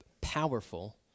powerful